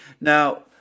Now